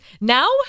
Now